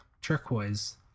turquoise